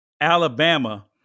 Alabama